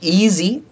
easy